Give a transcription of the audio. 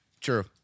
True